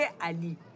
Ali